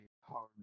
hard